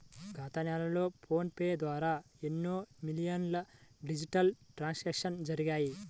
గత నెలలో PhonePe ద్వారా ఎన్నో మిలియన్ల డిజిటల్ ట్రాన్సాక్షన్స్ జరిగాయి